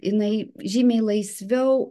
jinai žymiai laisviau